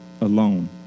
alone